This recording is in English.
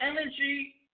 energy